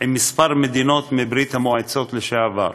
עם כמה מדינות מברית-המועצות לשעבר.